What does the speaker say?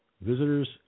visitors